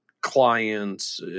clients